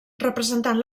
representant